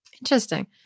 Interesting